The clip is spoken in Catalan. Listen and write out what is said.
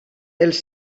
els